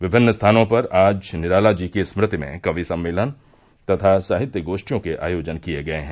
विमिन्न स्थानों पर आज निराला जी की स्मृति में कवि सम्मेलन तथा साहित्य गोष्ठियों के आयोजन किए गये हैं